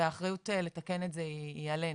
האחריות לתקן את זה היא עלינו,